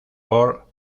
por